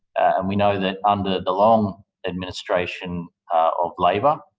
and we know that, under the long administration of labor,